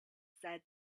said